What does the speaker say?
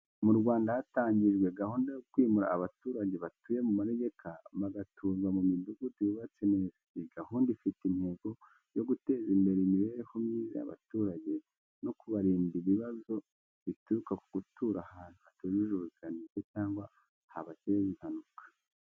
Mu Rwanda, hatangijwe gahunda yo kwimura abaturage batuye mu manegeka bagatuzwa mu midugudu yubatse neza. Iyi gahunda ifite intego yo guteza imbere imibereho myiza y’abaturage no kubarinda ibibazo bituruka ku gutura ahantu hatujuje ubuziranenge cyangwa habateza impanuka.